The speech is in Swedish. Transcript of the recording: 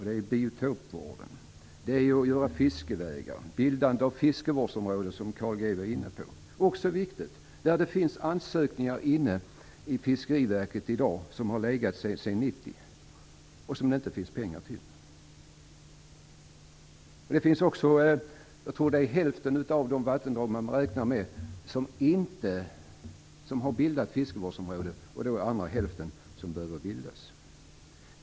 Det är biotopvården. Det är att göra fiskevägar. Bildandet av fiskevårdsområden, som Carl G Nilsson var inne på, är också viktigt. Det finns ansökningar hos Fiskeriverket som har legat sedan 1990, men som det inte finns pengar till. Jag tror att det för hälften av de vattendrag man räknar med har bildats fiskevårdsområden, den andra hälften behöver bildas.